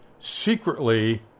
secretly